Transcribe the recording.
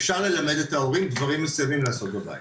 אפשר ללמד את ההורים דברים מסוימים לעשות בבית.